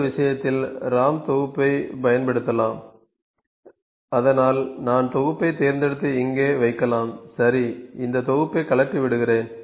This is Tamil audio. இந்த விஷயத்தில் ராம் தொகுப்பைப் பயன்படுத்தலாம் அதனால் நான் தொகுப்பைத் தேர்ந்தெடுத்து இங்கே வைக்கலாம் சரி இந்த தொகுப்பை கழற்றி விடுகிறேன்